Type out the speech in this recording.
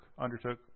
undertook